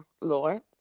Lord